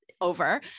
over